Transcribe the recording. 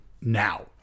now